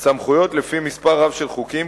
יש סמכויות לפי מספר רב של חוקים,